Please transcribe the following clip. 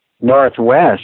Northwest